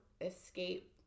escape